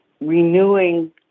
renewing